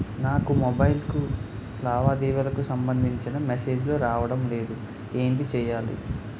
నాకు మొబైల్ కు లావాదేవీలకు సంబందించిన మేసేజిలు రావడం లేదు ఏంటి చేయాలి?